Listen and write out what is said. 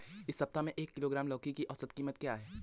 इस सप्ताह में एक किलोग्राम लौकी की औसत कीमत क्या है?